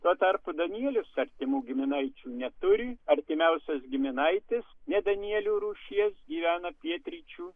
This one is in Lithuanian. tuo tarpu danielius artimų giminaičių neturi artimiausias giminaitis ne danielių rūšies gyvena pietryčių